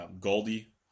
Goldie